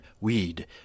Weed